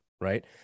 Right